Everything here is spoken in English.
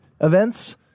events